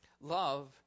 Love